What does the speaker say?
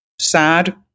sad